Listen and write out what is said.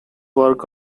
work